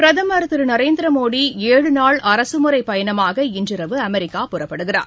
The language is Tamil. பிரதமர் திரு நரேந்திர மோடி ஏழு நாள் அரசுமுறை பயணமாக இன்றிரவு அமெரிக்கா புறப்படுகிறார்